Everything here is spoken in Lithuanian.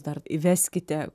dar įveskite